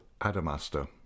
Adamaster